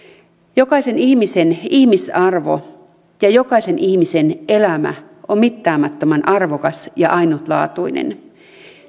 jokaisen ihmisen ihmisarvo ja jokaisen ihmisen elämä on mittaamattoman arvokas ja ainutlaatuinen